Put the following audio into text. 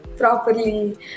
properly